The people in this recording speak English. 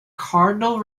cardinal